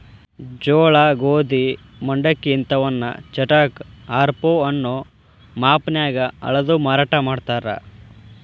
ಜೋಳ, ಗೋಧಿ, ಮಂಡಕ್ಕಿ ಇಂತವನ್ನ ಚಟಾಕ, ಆರಪೌ ಅನ್ನೋ ಮಾಪನ್ಯಾಗ ಅಳದು ಮಾರಾಟ ಮಾಡ್ತಾರ